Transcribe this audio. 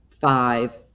five